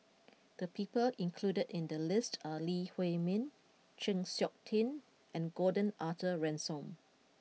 the people included in the list are Lee Huei Min Chng Seok Tin and Gordon Arthur Ransome